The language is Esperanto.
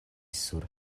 sur